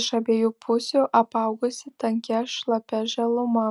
iš abiejų pusių apaugusį tankia šlapia žaluma